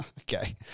Okay